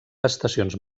estacions